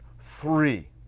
three